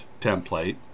template